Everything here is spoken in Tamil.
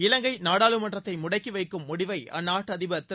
இலங்கை நாடாளுமன்றத்தை முடக்கி வைக்கும் முடிவை அந்நாட்டு அதிபர் திரு